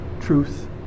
truth